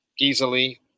easily